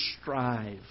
strive